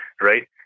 Right